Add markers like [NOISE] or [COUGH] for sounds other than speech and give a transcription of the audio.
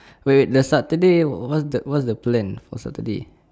[NOISE] wait wait the saturday what's the what's the plan for saturday